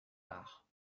arts